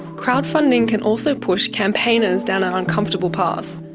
crowdfunding can also push campaigners down an uncomfortable part.